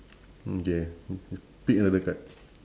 mm K pick another card